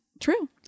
true